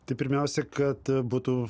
tai pirmiausia kad būtų